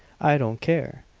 i don't care!